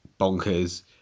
bonkers